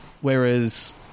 whereas